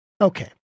Okay